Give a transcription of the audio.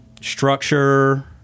structure